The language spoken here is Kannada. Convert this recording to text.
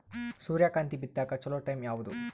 ಸೂರ್ಯಕಾಂತಿ ಬಿತ್ತಕ ಚೋಲೊ ಟೈಂ ಯಾವುದು?